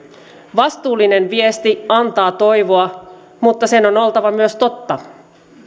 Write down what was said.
vastuullinen viesti antaa toivoa mutta sen on oltava myös totta